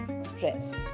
stress